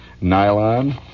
nylon